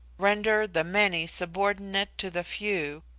render the many subordinate to the few,